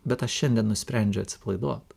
bet aš šiandien nusprendžiu atsipalaiduot